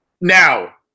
now